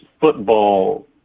football